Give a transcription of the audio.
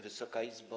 Wysoka Izbo!